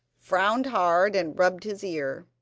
frowned hard and rubbed his ear.